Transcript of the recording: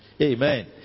Amen